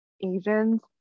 Asians